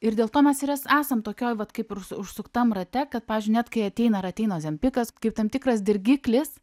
ir dėl to mes ir es esam tokioj vat kaip ir už užsuktam rate kad pavyzdžiui net kai ateina ar ateina ozempikas kaip tam tikras dirgiklis